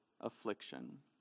affliction